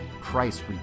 Christ